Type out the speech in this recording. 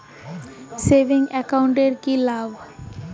Savings account এর কি লাভ?